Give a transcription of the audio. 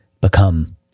become